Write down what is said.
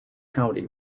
county